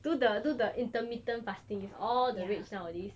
do the do the intermittent fasting it's all the rage nowadays